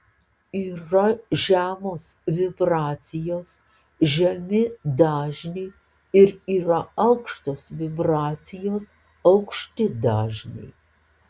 yra žemos vibracijos žemi dažniai ir yra aukštos vibracijos aukšti dažniai